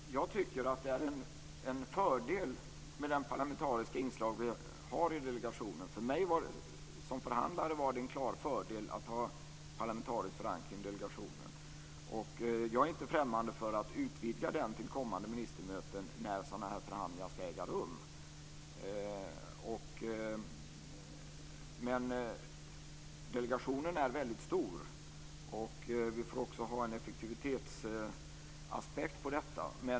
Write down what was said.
Herr talman! Jag tycker att det är en fördel med det parlamentariska inslag som vi har i delegationen. För mig som förhandlare var det en klar fördel att ha parlamentarisk förankring i delegationen. Jag är inte främmande för att utvidga den till kommande ministermöten när sådana här förhandlingar ska äga rum. Delegationen är väldigt stor, och vi får också ha en effektivitetsaspekt på detta.